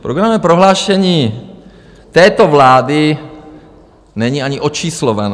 Programové prohlášení této vlády není ani očíslované.